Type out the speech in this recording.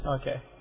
Okay